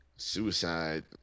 Suicide